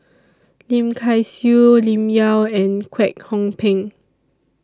Lim Kay Siu Lim Yau and Kwek Hong Png